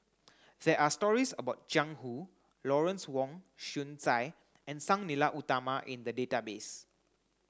there are stories about Jiang Lawrence Wong Shyun Tsai and Sang Nila Utama in the database